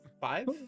five